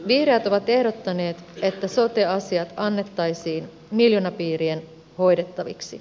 vihreät ovat ehdottaneet että sote asiat annettaisiin miljoonapiirien hoidettaviksi